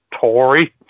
Tory